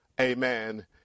Amen